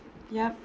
yup